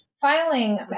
filing